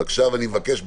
בבקשה, ואני מבקש בקצרה.